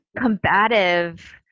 combative